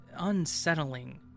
unsettling